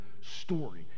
story